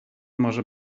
może